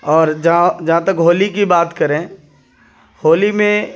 اور جہاں جہاں تک ہولی کی بات کریں ہولی میں